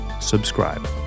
subscribe